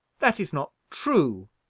that is not true.